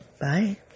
Bye